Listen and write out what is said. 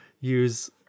use